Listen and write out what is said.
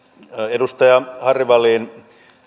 edustaja harry wallin